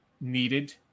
needed